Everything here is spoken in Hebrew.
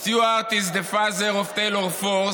Stuart is the father of Taylor Force,